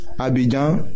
Abidjan